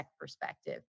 perspective